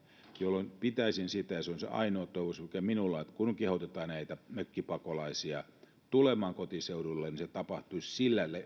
jolloin toivoisin ja se on se ainoa toivomus mikä minulla on että kun kehotetaan näitä mökkipakolaisia tulemaan kotiseudulle niin se tapahtuisi